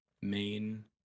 main